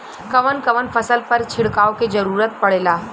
कवन कवन फसल पर छिड़काव के जरूरत पड़ेला?